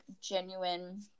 genuine